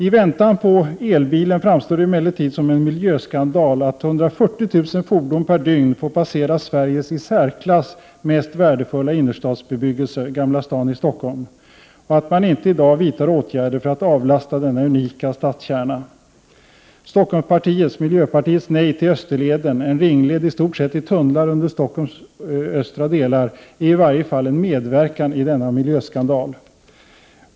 I väntan på elbilen framstår det emellertid som en miljöskandal att 140 000 fordon per dygn får passera Sveriges i särklass mest värdefulla innerstadsbebyggelse, Gamla stan i Stockholm, och att man inte i dag vidtar åtgärder för att avlasta denna unika stadskärna. Stockholmspartiets och miljöpartiets nej till Österleden, en ringled i stort sett i tunnlar under Stockholms östra delar, är i varje fall en medverkan i denna miljöskandal.